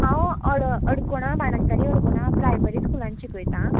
हांव अ अडकोणा बाणस्तारी अडकोणा प्रायमरी स्कुलान शिकयतां